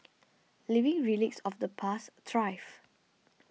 living relics of the past thrive